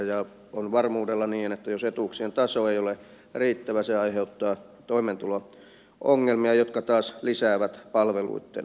ja on varmuudella niin että jos etuuksien taso ei ole riittävä se aiheuttaa toimeentulo ongelmia jotka taas lisäävät palveluitten tarvetta